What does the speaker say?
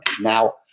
Now